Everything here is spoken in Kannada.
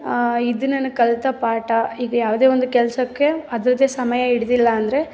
ಇದು ನನಗೆ ಕಲಿತ ಪಾಠ ಹೀಗೆ ಯಾವುದೇ ಒಂದು ಕೆಲಸಕ್ಕೆ ಅದರದ್ದೇ ಸಮಯ ಹಿಡ್ದಿಲ್ಲ ಅಂದರೆ